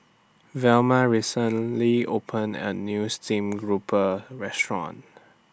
Velma recently opened A New Steamed Grouper Restaurant